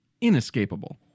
inescapable